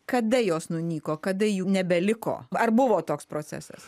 kada jos nunyko kada jų nebeliko ar buvo toks procesas